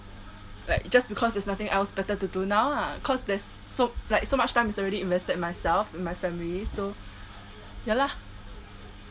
like just because there's nothing else better to do now lah cause there's so like so much time is already invested in myself in my family so ya lah